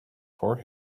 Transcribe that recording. for